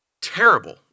terrible